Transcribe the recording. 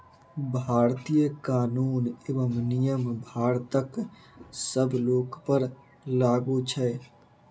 भारतीय कर कानून एवं नियम भारतक सब लोकपर लागू छै